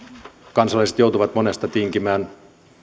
kansalaiset joutuvat monesta tinkimään